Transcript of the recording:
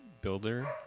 builder